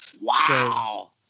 Wow